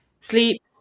sleep